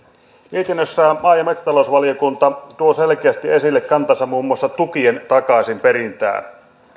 mietinnössään maa ja metsätalousvaliokunta tuo selkeästi esille kantansa muun muassa tukien takaisinperintään